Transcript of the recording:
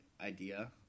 idea